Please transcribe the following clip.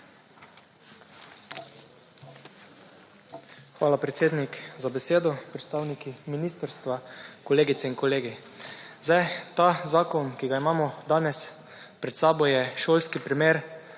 Hvala, predsednik, za besedo. Predstavniki ministrstva, kolegice in kolegi. Zdaj ta zakon, ki ga imamo danes pred sabo, je šolski primer